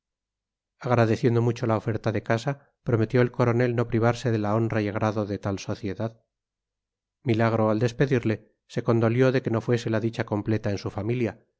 agradeciendo mucho la oferta de casa prometió el coronel no privarse de la honra y agrado de tal sociedad milagro al despedirle se condolió de que no fuese la dicha completa en su familia